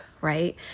right